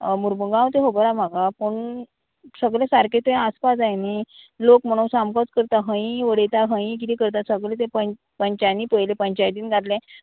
अ मुर्मगांव तें खबर आहा म्हाका पूण सगळें सारकें थंय आसपा जाय न्ही लोक म्हणो सामकोच करता खंयीय उडयता खंयी किदें करता सगळें तें पंच पंचायती पयलें पंचायतीन घातलें